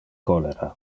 cholera